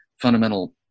fundamental